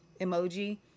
emoji